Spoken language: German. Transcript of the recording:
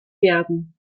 werden